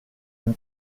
une